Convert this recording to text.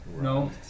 No